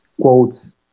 quotes